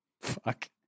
Fuck